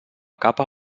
capa